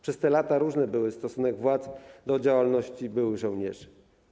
Przez te lata różny był stosunek władz do działalności byłych żołnierzy.